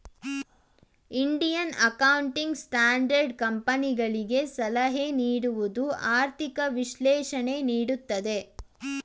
Indian accounting standard ಕಂಪನಿಗಳಿಗೆ ಸಲಹೆ ನೀಡುವುದು, ಆರ್ಥಿಕ ವಿಶ್ಲೇಷಣೆ ನೀಡುತ್ತದೆ